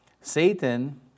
Satan